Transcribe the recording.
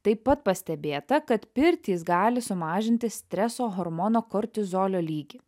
taip pat pastebėta kad pirtys gali sumažinti streso hormono kortizolio lygį